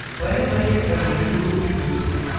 planet money has a new newsletter.